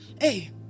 hey